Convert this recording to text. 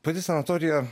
pati sanatorija